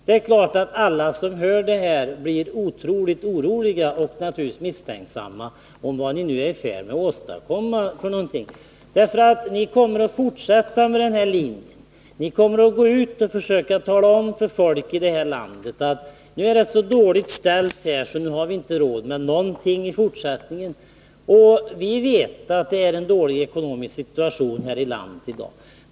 Det är klart att alla som hör vad som sägs blir otroligt oroliga och misstänksamma och undrar vad ni nu håller på att åstadkomma. Ni kommer ju att fortsätta på denna linje. Ni kommer att gå ut och försöka tala om för människorna i detta land att det nu är så dåligt ställt i Sverige att vi i fortsättningen inte har råd med någonting. Vi vet att det i dag är en dålig ekonomisk situation här i landet.